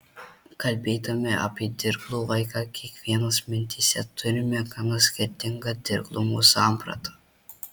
kalbėdami apie dirglų vaiką kiekvienas mintyse turime gana skirtingą dirglumo sampratą